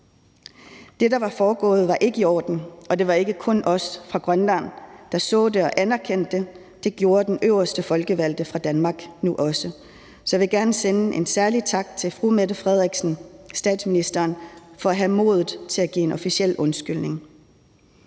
Det, der var foregået, var ikke i orden, og det var ikke kun os fra Grønland, der så det og anerkendte det; det gjorde den øverste folkevalgte fra Danmark også nu. Så jeg vil gerne sende en særlig tak til statsministeren for at have modet til at give en officiel undskyldning.